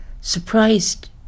surprised